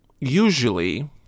usually